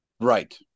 Right